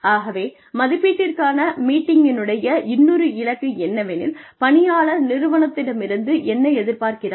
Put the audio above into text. ஆகவே மதிப்பீட்டிற்கான மீட்டிங்கினுடைய இன்னொரு இலக்கு என்னவெனில் பணியாளர் நிறுவனத்திடமிருந்து என்ன எதிர்பார்க்கிறார்